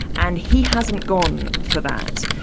and he hasn't gone for that.